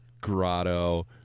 grotto